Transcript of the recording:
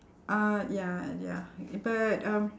uh ya ya but um